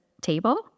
table